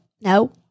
no